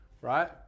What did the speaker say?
right